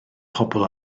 pobl